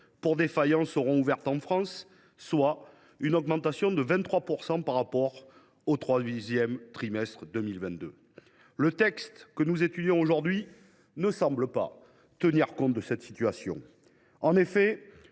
pour défaillance seront ouvertes en France, soit une augmentation de 23 % par rapport au troisième trimestre 2022. Le texte que nous examinons aujourd’hui ne semble pas tenir compte de cette situation. En effet,